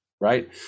Right